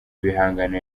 ibihangano